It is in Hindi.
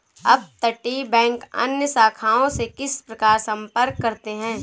अपतटीय बैंक अन्य शाखाओं से किस प्रकार संपर्क करते हैं?